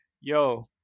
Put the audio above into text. yo